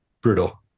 brutal